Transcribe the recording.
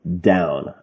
down